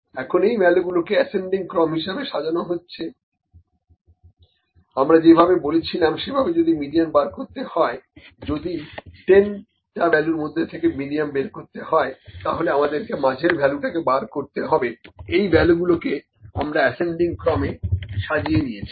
এখন এই ভ্যালুগুলোকে অ্যাসেন্ডিং ক্রম হিসেবে সাজানো হচ্ছে আমরা যে ভাবে বলেছিলাম সেভাবে যদি মিডিয়ান বার করতে হয় যদি 10 টা ভ্যালুর মধ্যে থেকে মিডিয়ান বের করতে হয় তাহলে আমাদেরকে মাঝের ভ্যালুটাকে বার করতে হবে এই ভ্যালুগুলোকে আমরা অ্যাসেন্ডিং ক্রমে সাজিয়ে নিয়েছি